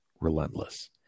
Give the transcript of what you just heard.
relentless